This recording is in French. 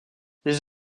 les